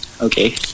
Okay